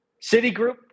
Citigroup